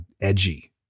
edgy